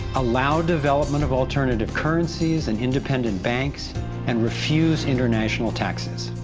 allow development of alternative currencies and independent banks and, refuse international taxes.